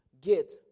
get